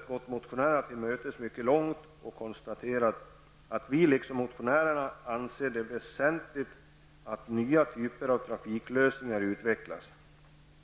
har gått motionärerna till mötes mycket långt och konstaterar att utskottsmajoriteten liksom motionärerna anser att det är väsentligt att nya typer av trafiklösningar utvecklas.